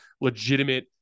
legitimate